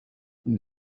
you